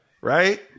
right